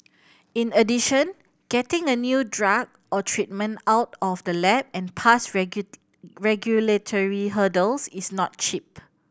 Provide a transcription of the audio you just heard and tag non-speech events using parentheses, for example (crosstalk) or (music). in addition getting a new drug or treatment out of the lab and past (unintelligible) regulatory hurdles is not cheap